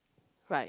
right